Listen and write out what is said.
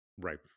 right